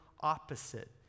opposite